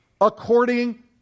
according